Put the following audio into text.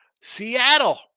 Seattle